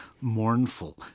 mournful